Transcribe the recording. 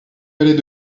valets